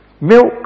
milk